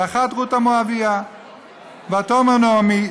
אני מבקש,